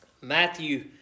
Matthew